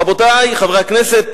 רבותי חברי הכנסת,